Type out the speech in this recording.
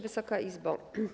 Wysoka Izbo!